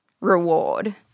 reward